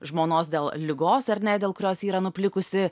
žmonos dėl ligos ar ne dėl kurios ji yra nuplikusi